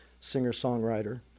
singer-songwriter